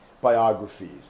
biographies